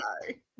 sorry